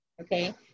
okay